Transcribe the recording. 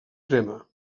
crema